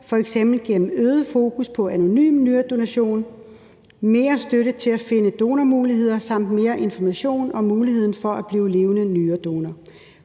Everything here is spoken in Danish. f.eks. gennem øget fokus på anonym nyredonation, mere støtte til at finde donormuligheder samt mere information om muligheden for at blive levende nyredonor.